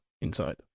inside